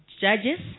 Judges